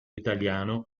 italiano